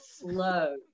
slow